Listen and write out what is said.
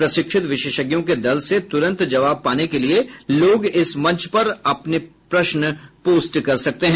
प्रशिक्षित विशेषज्ञों के दल से तुरंत जवाब पाने के लिए लोग इस मंच पर अपने प्रश्न पोस्ट कर सकते हैं